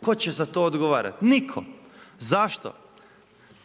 Tko će za to odgovarati, nitko. Zašto?